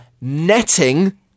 netting